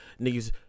niggas